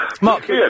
Mark-